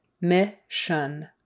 mission